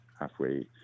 halfway